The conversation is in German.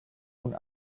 nun